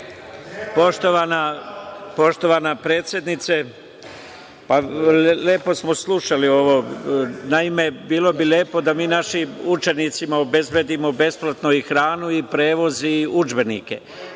Poštovana predsednice, lepo smo slušali, naime bilo bi lepo da mi našim učenicima obezbedimo besplatno i hranu, i prevoz, i udžbenike.